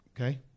Okay